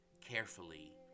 carefully